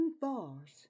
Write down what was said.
bars